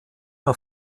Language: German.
nur